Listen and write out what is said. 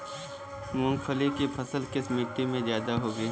मूंगफली की फसल किस मिट्टी में ज्यादा होगी?